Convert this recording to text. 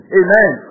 amen